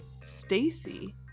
Stacy